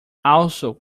also